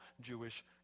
Jewish